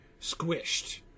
squished